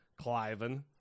Cliven